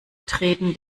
treten